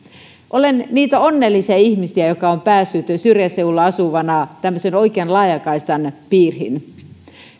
olen niitä onnellisia ihmisiä jotka ovat päässeet syrjäseudulla asuvana tämmöisen oikean laajakaistan piiriin